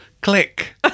click